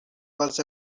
was